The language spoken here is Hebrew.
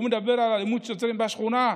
מדבר על אלימות שוטרים בשכונה,